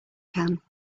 can